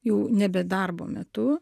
jau nebe darbo metu